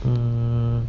mm